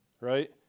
right